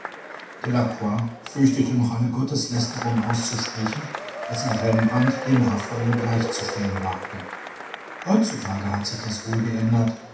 umgekehrt delacroix fürchtete noch eine gotteslästerung auszusprechen als er rembrandt dem raffael gleichzustellen wagte heutzutage hat sich das wohl geändert